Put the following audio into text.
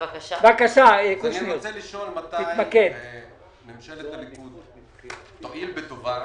אני רוצה לשאול: מתי ממשלת הליכוד תואיל בטובה